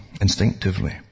instinctively